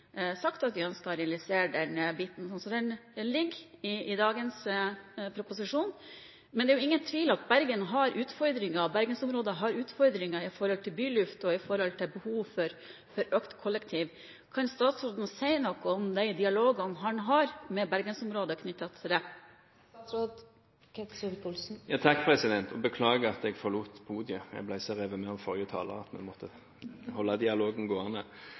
sagt at vi ønsker å realisere denne biten slik som den foreligger i dagens proposisjon. Men det er ingen tvil om at Bergensområdet har utfordringer med byluft og med behovet for økt kollektivtransport. Kan statsråden si noe om de dialogene han har med Bergensområdet om dette? Jeg beklager at jeg forlot podiet. Jeg ble så revet med av forrige taler at vi måtte holde dialogen gående.